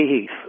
Heath